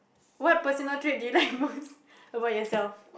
what personal trait do you like most about yourself